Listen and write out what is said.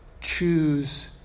choose